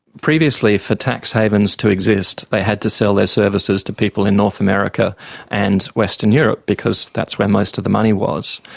previously for tax havens to exist they had to sell their services to people in north america and western europe because that's where most of the money was.